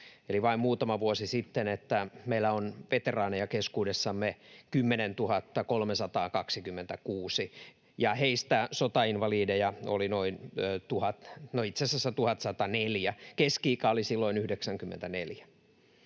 eli vain muutama vuosi sitten, että meillä on veteraaneja keskuudessamme 10 326, ja heistä sotainvalideja oli noin 1 000, no, itse asiassa 1 104.